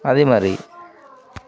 అది మరి